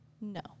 No